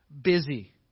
Busy